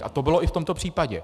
A to bylo i v tomto případě.